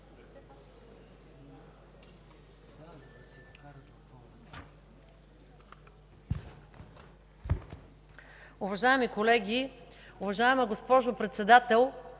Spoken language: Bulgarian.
Уважаеми колеги, уважаема госпожо Председател!